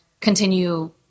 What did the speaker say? continue